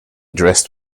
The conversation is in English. dressed